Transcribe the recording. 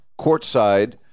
courtside